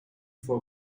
for